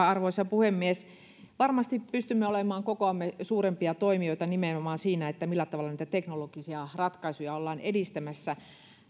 arvoisa puhemies varmasti pystymme olemaan kokoamme suurempia toimijoita nimenomaan siinä millä tavalla niitä teknologisia ratkaisuja ollaan edistämässä